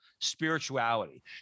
spirituality